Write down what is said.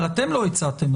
אבל אתם לא הצעתם,